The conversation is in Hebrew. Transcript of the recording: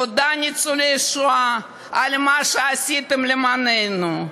תודה, ניצולי השואה, על מה שעשיתם למעננו.